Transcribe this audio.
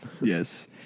Yes